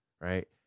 right